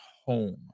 home